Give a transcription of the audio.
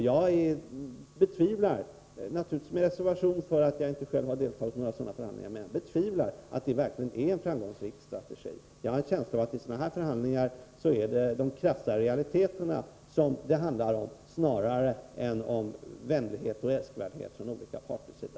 Jag betvivlar, naturligtvis med den reservationen att jag själv inte deltagit i några förhandlingar, att vår strategi verkligen är framgångsrik. Jag har en känsla av att det i sådana här förhandlingar mera handlar om de krassa realiteterna än om vänlighet och älskvärdhet från olika parters sida.